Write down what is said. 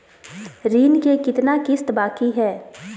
ऋण के कितना किस्त बाकी है?